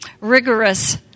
rigorous